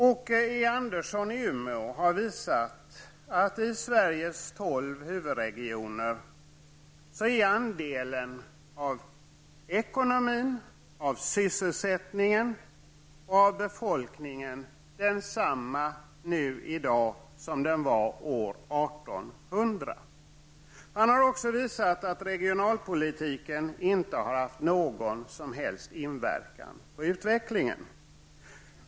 Åke E Andersson i Umeå har visat att andelen av ekonomin, av sysselsättningen och av befolkningen i Sveriges tolv huvudregioner i dag är densamma som år 1800. Han har också visat att regionalpolitiken inte har haft någon som helst inverkan på utvecklingen.